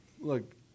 look